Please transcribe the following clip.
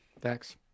Thanks